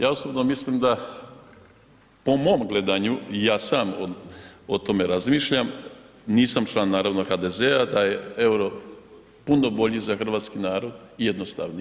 Ja osobno mislim da po mom gledanju ja sam o tome razmišljam, nisam član naravno HDZ-a da je EUR-o puno bolji za hrvatski narod i jednostavniji.